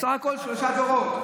בסך הכול שלושה דורות,